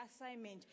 assignment